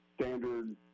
standard